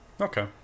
okay